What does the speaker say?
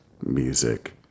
music